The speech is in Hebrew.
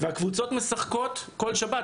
והקבוצות משחקות כל שבת.